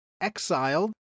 exiled